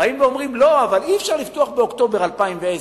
אומרים: אי-אפשר לפתוח באוקטובר 2010,